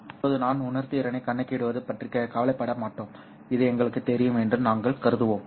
இப்போது நாம் உணர்திறனைக் கணக்கிடுவது பற்றி கவலைப்பட மாட்டோம் இது எங்களுக்குத் தெரியும் என்று நாங்கள் கருதுவோம்